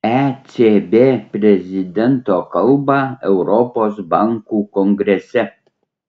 ecb prezidento kalbą europos bankų kongrese